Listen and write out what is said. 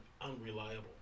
unreliable